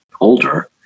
older